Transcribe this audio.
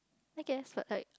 I guess but like